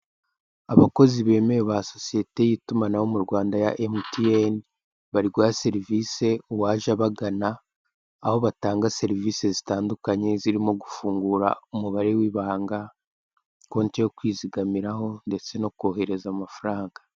Abakozi bemewe ba sosiyete y'itumanaho mu Rwanda ya MTN, bari guha serivisi uwaje abagana aho batanga serivise zitandukanye zirimo gufungura umubare w'ibanga, konte yo kwizigamiraho ndetse no kohereza amafaranga.